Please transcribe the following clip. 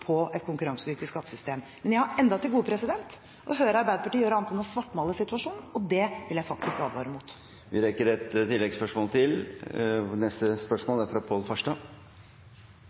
på et konkurransedyktig skattesystem. Jeg har ennå til gode å høre Arbeiderpartiet gjøre annet enn å svartmale situasjonen. Det vil jeg advare mot. Vi rekker et oppfølgingsspørsmål til – Pål Farstad, vær så god. Det spesielle med den økende arbeidsledigheten vi nå ser, er